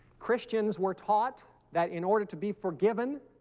christians were taught that in order to be forgiven